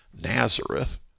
Nazareth